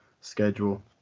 schedule